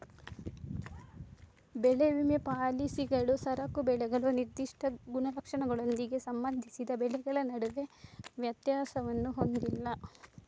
ಬೆಳೆ ವಿಮಾ ಪಾಲಿಸಿಗಳು ಸರಕು ಬೆಳೆಗಳು ನಿರ್ದಿಷ್ಟ ಗುಣಲಕ್ಷಣಗಳೊಂದಿಗೆ ಸಂಬಂಧಿಸಿದ ಬೆಳೆಗಳ ನಡುವೆ ವ್ಯತ್ಯಾಸವನ್ನು ಹೊಂದಿಲ್ಲ